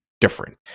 different